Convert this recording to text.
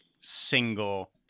single